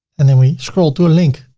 and then we scroll to a link.